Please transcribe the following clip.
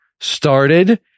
started